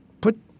put